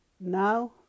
now